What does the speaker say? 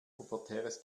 pubertäres